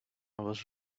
was